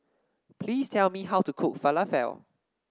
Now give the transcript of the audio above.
please tell me how to cook Falafel